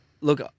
look